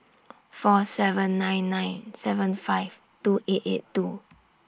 four seven nine nine seven five two eight eight two